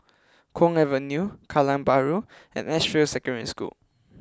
Kwong Avenue Kallang Bahru and Edgefield Secondary School